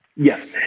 Yes